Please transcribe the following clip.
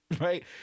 right